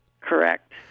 Correct